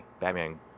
Batman